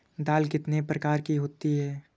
दाल कितने प्रकार की होती है?